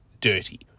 dirty